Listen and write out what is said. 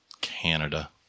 Canada